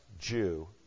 Jew